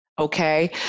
Okay